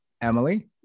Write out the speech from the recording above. Emily